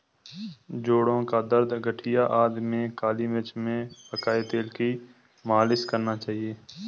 जोड़ों का दर्द, गठिया आदि में काली मिर्च में पकाए तेल की मालिश करना चाहिए